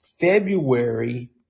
February